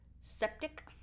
septic